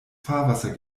fahrwasser